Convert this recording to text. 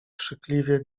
krzykliwie